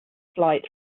flight